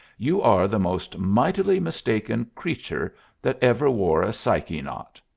you are the most mightily mistaken creature that ever wore a psyche-knot.